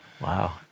Wow